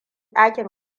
dakin